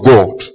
God